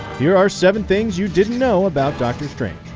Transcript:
here are seven things you didn't know about doctor strange,